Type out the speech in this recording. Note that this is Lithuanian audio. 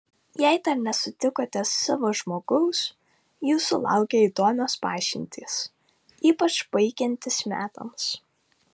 jei dar nesutikote savo žmogaus jūsų laukia įdomios pažintys ypač baigiantis metams